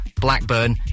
Blackburn